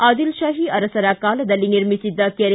ಆದಿಲ್ಶಾಹಿ ಅರಸರ ಕಾಲದಲ್ಲಿ ನಿರ್ಮಿಸಿದ್ದ ಕೆರೆ